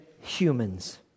humans